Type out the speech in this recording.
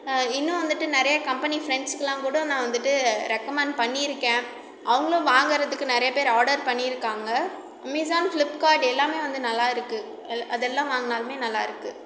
இன்னும் வந்துட்டு நிறையா கம்பெனி ஃப்ரெண்ட்ஸுக்குலாம் கூட நான் வந்துட்டு ரெக்கமெண்ட் பண்ணியிருக்கேன் அவங்களும் வாங்குறதுக்கு நிறைய பேர் ஆடர் பண்ணியிருக்காங்க அமேசான் ஃபிளிப்கார்ட் எல்லாமே வந்து நல்லாயிருக்கு அதெல்லாம் வாங்கினாலுமே நல்லாயிருக்கு